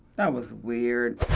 that was weird.